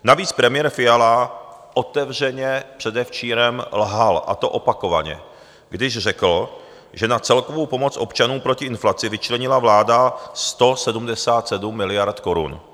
Navíc premiér Fiala otevřeně předevčírem lhal, a to opakovaně, když řekl, že na celkovou pomoc občanům proti inflaci vyčlenila vláda 177 miliard korun.